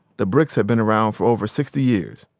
the bricks had been around for over sixty years.